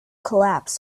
collapse